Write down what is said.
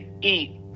eat